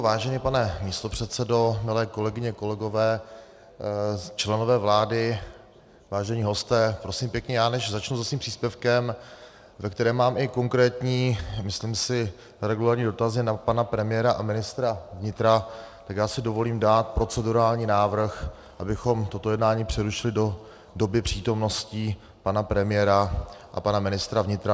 Vážený pane místopředsedo, milé kolegyně, kolegové, členové vlády, vážení hosté, prosím pěkně, než začnu se svým příspěvkem, ve kterém mám i konkrétní, myslím si, regulérní dotazy na pana premiéra a ministra vnitra, tak já dovolím dát procedurální návrh, abychom toto jednání přerušili do doby přítomnosti pana premiéra a pana ministra vnitra.